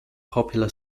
popular